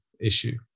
issue